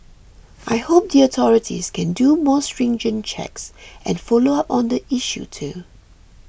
I hope the authorities can do more stringent checks and follow up on the issue too